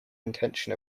intention